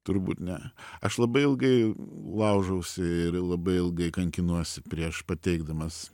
turbūt ne aš labai ilgai laužausi ir labai ilgai kankinuosi prieš pateikdamas